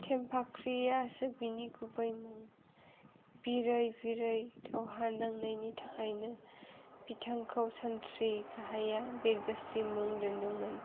थेंफाख्रियासो बिनि गुबै मुं बिरै बिरै दावहा नांनायनि थाखायनो बिथांखौ सानथ्रि गाहाइआ बिरगोस्रि मुं दोन्दोंमोन